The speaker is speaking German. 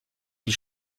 die